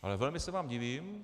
Ale velmi se vám divím.